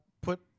Put